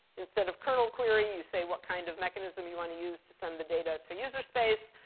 instead of kernel query, you say what kind of mechanism you want to use to send the data to user space.